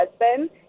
husband